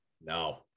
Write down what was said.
no